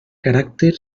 caràcter